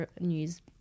news